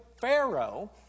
Pharaoh